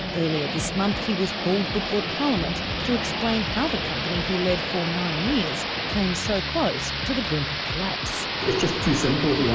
earlier this month he was hauled before parliament to explain how the company he led for nine years came so close to the brink of collapse. it is just too simple if